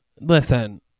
Listen